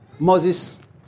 Moses